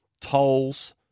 tolls